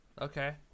Okay